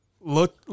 look